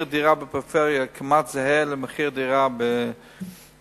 דירה בפריפריה כמעט זהה למחיר דירה במרכז.